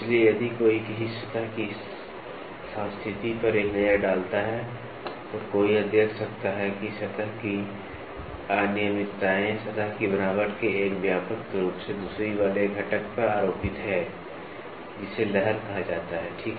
इसलिए यदि कोई किसी सतह की सांस्थिति पर एक नज़र डालता है तो कोई यह देख सकता है कि सतह की अनियमितताएं सतह की बनावट के एक व्यापक रूप से दूरी वाले घटक पर आरोपित हैं जिसे लहर कहा जाता है ठीक है